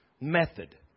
method